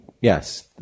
yes